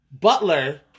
Butler